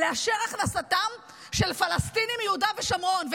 לאשר הכנסתם של פלסטינים מיהודה ושומרון.